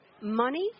money